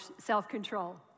self-control